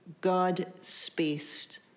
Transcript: God-spaced